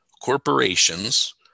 corporations